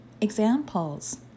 Examples